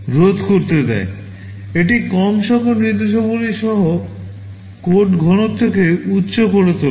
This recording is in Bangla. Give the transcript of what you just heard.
এটি কম সংখ্যক নির্দেশাবলী সহ কোড ঘনত্বকে উচ্চ করে তোলে